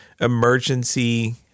emergency